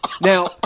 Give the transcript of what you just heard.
Now